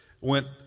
went